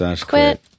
quit